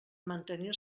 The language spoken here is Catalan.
mantenir